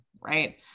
Right